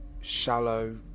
shallow